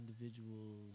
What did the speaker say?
individuals